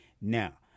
Now